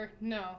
no